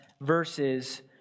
verses